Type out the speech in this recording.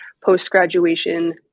post-graduation